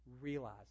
Realize